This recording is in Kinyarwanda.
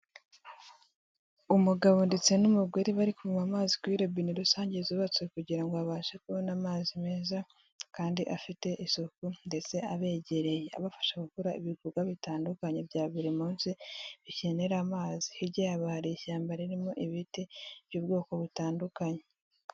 Umugabo ndetse n'umugore bari kunywa amazi kuri robine rusange zubatswe kugira ngo babashe kubona amazi meza, kandi afite isuku ndetse abegereye, abafasha gukora ibikorwa bitandukanye bya buri munsi bikenera amazi, hirya yaho hari ishyamba ririmo ibiti by'ubwoko butandukanye.